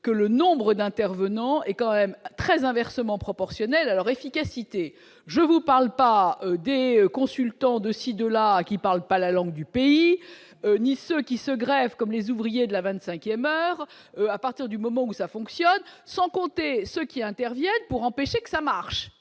que le nombre d'intervenants est quand même très inversement proportionnelle à leur efficacité, je vous parle pas des consultants de-ci de-là qui parle pas la langue du pays, ni ce qui se greffe comme les ouvriers de la 25ème heure à partir du moment où ça fonctionne sans compter ceux qui interviennent pour empêcher que ça marche